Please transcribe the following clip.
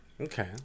Okay